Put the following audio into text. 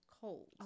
cold